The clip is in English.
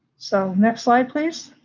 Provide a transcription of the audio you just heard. so, next slide please.